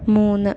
മൂന്ന്